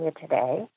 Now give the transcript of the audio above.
today